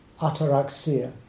ataraxia